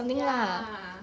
ya